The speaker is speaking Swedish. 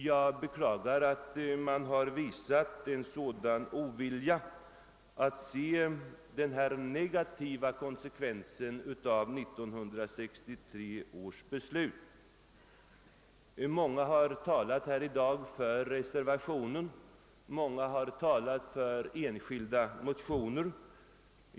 Jag beklagar att man visat en sådan ovilja att se de negativa konsekvenserna av 1963 års beslut. Många har här i dag talat för reservationerna och för enskilda motioner.